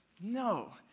No